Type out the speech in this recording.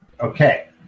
Okay